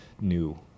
new